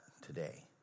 today